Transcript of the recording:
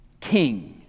King